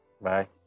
Bye